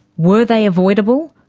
were they avoidable?